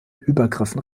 übergriffen